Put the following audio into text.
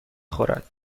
خورد